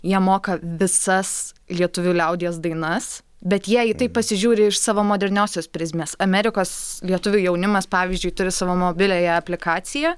jie moka visas lietuvių liaudies dainas bet jie į tai pasižiūri iš savo moderniosios prizmės amerikos lietuvių jaunimas pavyzdžiui turi savo mobiliąją aplikaciją